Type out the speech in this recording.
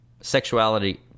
sexuality